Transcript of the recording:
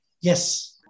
Yes